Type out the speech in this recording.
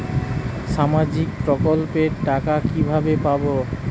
সামাজিক প্রকল্পের টাকা কিভাবে পাব?